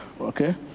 Okay